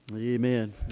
Amen